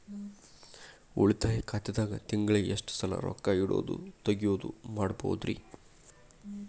ಉಳಿತಾಯ ಖಾತೆದಾಗ ತಿಂಗಳಿಗೆ ಎಷ್ಟ ಸಲ ರೊಕ್ಕ ಇಡೋದು, ತಗ್ಯೊದು ಮಾಡಬಹುದ್ರಿ?